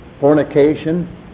fornication